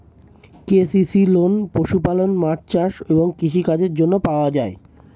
KCC loan পশুপালন, মাছ চাষ এবং কৃষি কাজের জন্য পাওয়া যায়